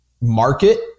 market